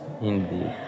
Indeed